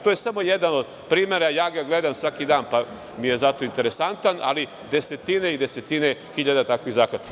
To je samo jedan od primera, ja ga gledam svaki dan, pa mi je zato interesantan, ali desetine i desetine hiljada takvih zakona.